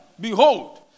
behold